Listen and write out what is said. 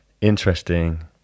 interesting